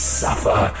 suffer